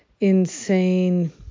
insane